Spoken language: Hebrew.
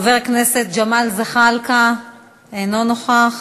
חבר הכנסת ג'מאל זחאלקה, אינו נוכח.